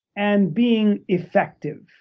and being effective